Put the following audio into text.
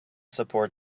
support